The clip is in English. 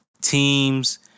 teams